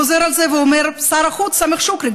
חוזר על זה שר החוץ סאמח שוכרי.